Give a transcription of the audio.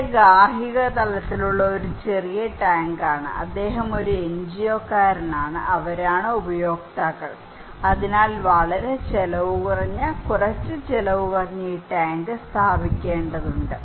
ഇത് ഗാർഹിക തലത്തിലുള്ള ഒരു ചെറിയ ടാങ്കാണ് അദ്ദേഹം ഒരു എൻജിഒക്കാരനാണ് അവരാണ് ഉപയോക്താക്കൾ അതിനാൽ വളരെ ചെലവുകുറഞ്ഞ കുറച്ച് ചിലവ് കുറഞ്ഞ ഈ ടാങ്ക് സ്ഥാപിക്കേണ്ടതുണ്ട്